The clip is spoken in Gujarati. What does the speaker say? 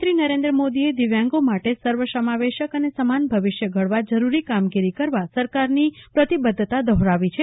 પ્રધાનમંત્રી નરેન્દ્ર મોદીએ દિવ્યાંગો માટે સર્વસમાવેશક અને સેમાન ભવિષ્ય ઘડવા જરૂરી કામગીરી કરવા સરકારની પ્રતિબદ્વતા દહોરાવી છે